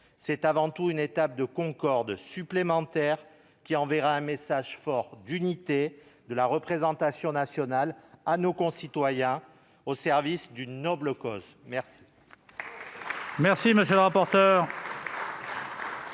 C'est avant tout une étape de concorde supplémentaire, qui enverra un message fort d'unité de la représentation nationale à nos concitoyens, au service d'une noble cause. La